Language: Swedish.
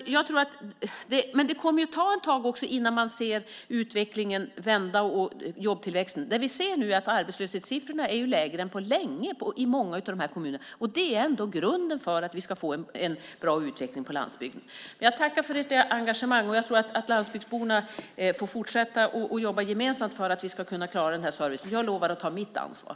Men det kommer att ta ett tag innan man ser utvecklingen vända. Nu ser vi att arbetslöshetssiffrorna är lägre än på länge i många av de här kommunerna. Det är grunden för att vi ska få en bra utveckling på landsbygden. Jag tackar för ert engagemang, och jag tror att landsbygdsborna får fortsätta att jobba gemensamt för att vi ska kunna klara den här servicen. Jag lovar att ta mitt ansvar.